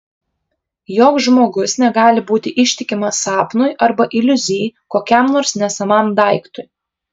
joks žmogus negali būti ištikimas sapnui arba iliuzijai kokiam nors nesamam daiktui